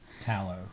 Tallow